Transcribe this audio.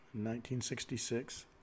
1966